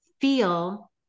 feel